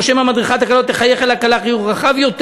או שמא מדריכת הכלות תחייך אל הכלה חיוך רחב יותר.